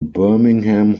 birmingham